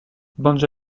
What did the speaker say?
banja